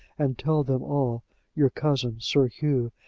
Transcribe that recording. and tell them all your cousin, sir hugh,